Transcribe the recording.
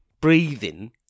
breathing